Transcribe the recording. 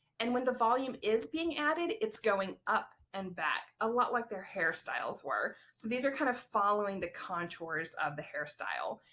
and when the volume is being added it's going up and back a lot like their hairstyles were, so these are kind of following the contours of the hairstyle.